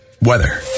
weather